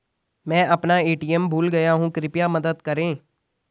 मैं अपना ए.टी.एम भूल गया हूँ, कृपया मदद करें